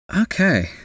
Okay